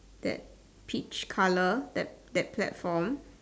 that peach colour that that platform